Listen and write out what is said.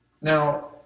Now